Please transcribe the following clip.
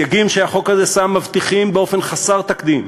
הסייגים שהחוק הזה שם מבטיחים באופן חסר תקדים